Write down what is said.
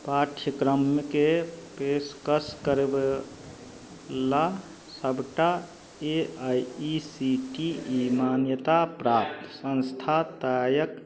पाठ्यक्रमके पेशकश करैवला सबटा A I E C T E मान्यताप्राप्त सँस्थादायक